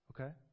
okay